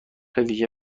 ویژه